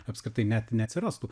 apskritai net neatsirastų